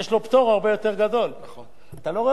אתה לא רואה אותי מוריד את הפטורים.